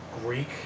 Greek